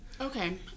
Okay